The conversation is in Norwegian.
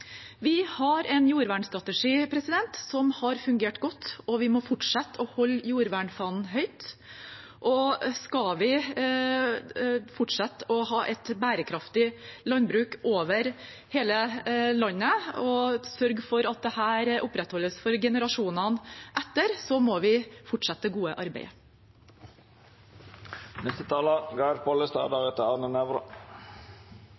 Vi har en jordvernstrategi som har fungert godt, og vi må fortsette å holde jordvernfanen høyt. Skal vi fortsette å ha et bærekraftig landbruk over hele landet og sørge for at dette opprettholdes for generasjonene etter, må vi fortsette det gode